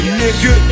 nigga